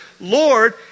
Lord